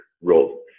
role